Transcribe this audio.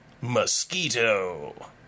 Mosquito